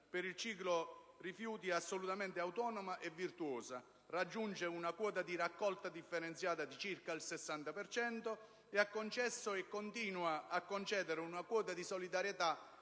per il ciclo rifiuti, è assolutamente autonoma e virtuosa; raggiunge una quota di raccolta differenziata di circa il 60 per cento e ha concesso e continua a concedere una quota di solidarietà